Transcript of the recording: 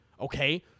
okay